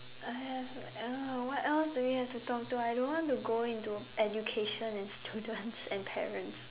I have uh what else do we have to talk to I don't want to go into education and students and parents